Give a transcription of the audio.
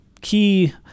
key